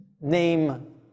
name